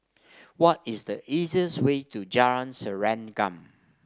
what is the easiest way to Jalan Serengam